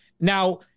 Now